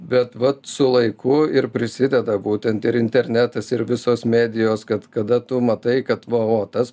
bet vat su laiku ir prisideda būtent ir internetas ir visos medijos kad kada tu matai kad va o tas